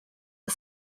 are